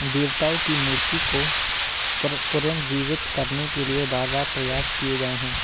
देवताओं की मूर्ति को पु पुनर्जीवित करने के लिए बार बार प्रयास किए गए हैं